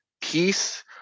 peace